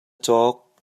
cawk